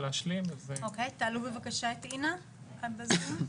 תעלו בבקשה את אינה זלצמן בזום.